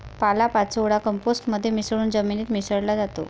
पालापाचोळा कंपोस्ट मध्ये मिसळून जमिनीत मिसळला जातो